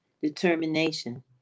determination